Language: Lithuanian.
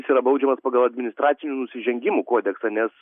jis yra baudžiamas pagal administracinių nusižengimų kodeksą nes